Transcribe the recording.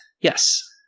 yes